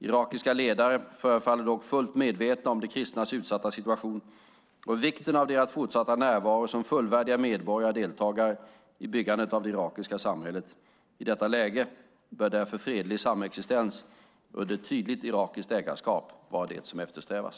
Irakiska ledare förefaller dock fullt medvetna om de kristnas utsatta situation och om vikten av deras fortsatta närvaro som fullvärdiga medborgare och deltagare i byggandet av det irakiska samhället. I detta läge bör därför fredlig samexistens under ett tydligt irakiskt ägarskap vara vad som eftersträvas.